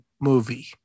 movie